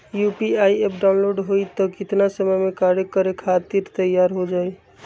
UPI app download होई त कितना समय मे कार्य करे खातीर तैयार हो जाई?